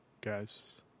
Guys